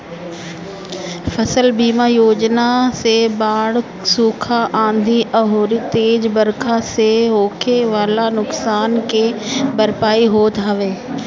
फसल बीमा योजना से बाढ़, सुखा, आंधी अउरी तेज बरखा से होखे वाला नुकसान के भरपाई होत हवे